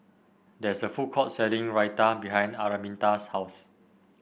there is a food court selling Raita behind Araminta's house